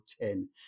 ten